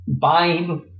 buying